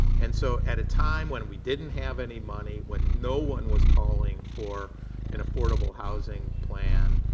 and so at a time when we didn't have any money, when no one was calling for an affordable housing plan,